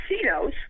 casinos